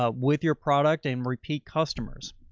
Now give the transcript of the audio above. ah with your product and repeat customers.